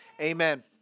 amen